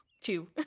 two